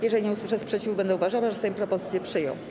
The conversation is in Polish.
Jeżeli nie usłyszę sprzeciwu, będę uważała, że Sejm propozycję przyjął.